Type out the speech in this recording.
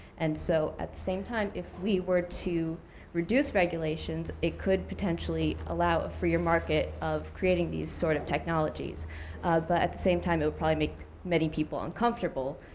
and so at the same time, if we were to reduce regulations, it could potentially allow a freer market of creating these sort of technologies. but at the same time, it would probably make many people uncomfortable,